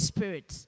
Spirit